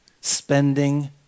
Spending